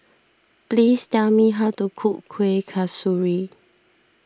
please tell me how to cook Kueh Kasturi